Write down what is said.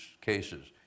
cases